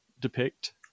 depict